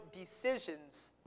decisions